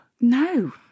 No